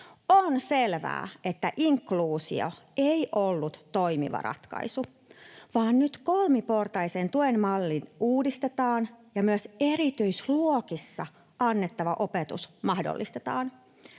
On selvää, että inkluusio ei ollut toimiva ratkaisu, vaan nyt kolmiportaisen tuen malli uudistetaan ja myös erityisluokissa annettava opetus mahdollistetaan.